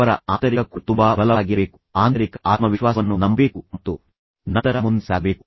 ಅವರ ಆಂತರಿಕ ಕೋರ್ ತುಂಬಾ ಬಲವಾಗಿರಬೇಕು ಆಂತರಿಕ ಆತ್ಮವಿಶ್ವಾಸವನ್ನು ನಂಬಬೇಕು ಮತ್ತು ನಂತರ ಮುಂದೆ ಸಾಗಬೇಕು